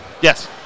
Yes